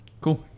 Cool